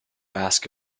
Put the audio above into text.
ask